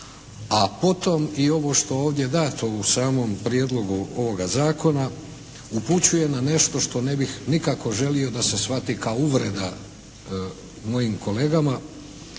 a potom i ovo što je ovdje dato u samom Prijedlogu ovoga Zakona upućuje na nešto što ne bih nikako želio da se shvati kao uvreda mojim kolegama,